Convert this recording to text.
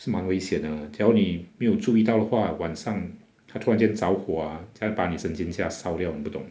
是蛮危险的 mah 假如没有注意到的话晚上它突然间着火 ah 才把你身全家烧掉你不懂